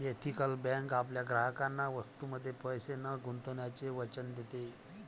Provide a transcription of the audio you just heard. ethical bank आपल्या ग्राहकांना वस्तूंमध्ये पैसे न गुंतवण्याचे वचन देते